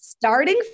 Starting